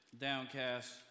downcast